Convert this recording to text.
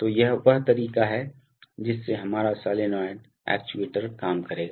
तो यह वह तरीका है जिससे हमारा सोलनॉइड एक्ट्यूएटर काम करेगा